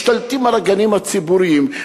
משתלטים על הגנים הציבוריים,